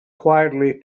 quietly